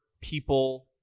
people